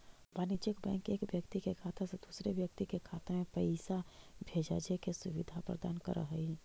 वाणिज्यिक बैंक एक व्यक्ति के खाता से दूसर व्यक्ति के खाता में पैइसा भेजजे के सुविधा प्रदान करऽ हइ